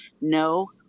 No